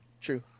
True